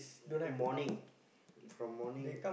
morning from morning